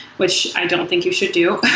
which i don't think you should do.